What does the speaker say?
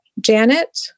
Janet